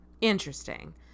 interesting